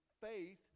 faith